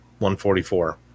144